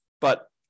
But-